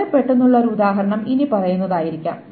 വളരെ പെട്ടെന്നുള്ള ഒരു ഉദാഹരണം ഇനിപ്പറയുന്നതായിരിക്കാം